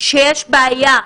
שיש בעיה,